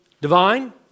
divine